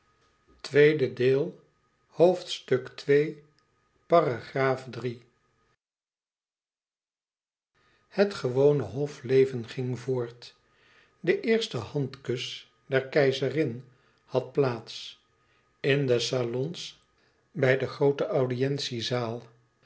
het gewone hofleven ging voort de eerste handkus der keizerin had plaats in de salons bij de groote